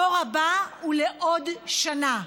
התור הבא הוא לעוד שנה.